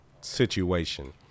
situation